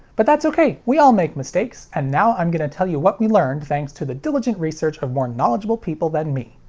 but that's ok, we all make mistakes, and now i'm gonna tell you what we learned thanks to the diligent research of more knowledgeable people than me.